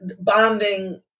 bonding